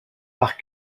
par